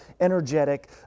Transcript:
energetic